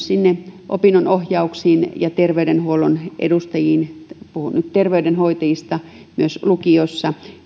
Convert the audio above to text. sinne opinnonohjaukseen ja terveydenhuollon edustajiin puhun nyt terveydenhoitajista myös lukiossa